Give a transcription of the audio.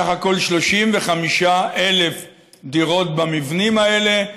בסך הכול 35,000 דירות במבנים האלה,